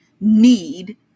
need